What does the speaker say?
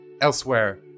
elsewhere